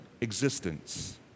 existence